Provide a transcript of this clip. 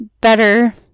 better